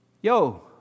yo